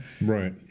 Right